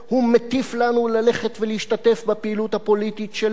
הוא מטיף לנו ללכת ולהשתתף בפעילות הפוליטית שלו.